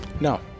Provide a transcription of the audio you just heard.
No